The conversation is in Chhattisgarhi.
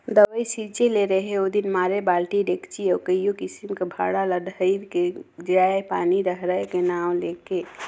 दवई छिंचे ले रहेल ओदिन मारे बालटी, डेचकी अउ कइयो किसिम कर भांड़ा ल धइर के जाएं पानी डहराए का नांव ले के